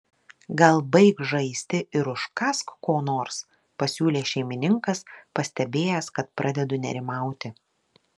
gal baik žaisti ir užkąsk ko nors pasiūlė šeimininkas pastebėjęs kad pradedu nerimauti